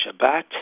Shabbat